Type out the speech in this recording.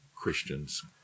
Christian's